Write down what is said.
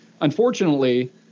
Unfortunately